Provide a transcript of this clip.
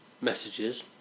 messages